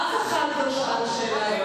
אף אחד לא שאל שאלה.